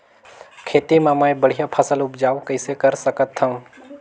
खेती म मै बढ़िया फसल उपजाऊ कइसे कर सकत थव?